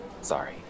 Sorry